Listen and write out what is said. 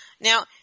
Now